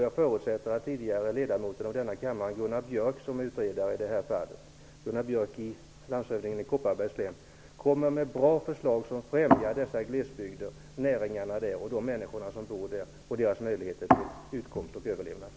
Jag förutsätter att tidigare ledamoten av denna kammare och landshövdingen i Kopparbergs län Gunnar Björk, som är utredare i det här fallet, kommer med ett bra förslag som främjar näringarna i dessa glesbygder, de människor som bor där och deras möjligheter till utkomst och överlevnad.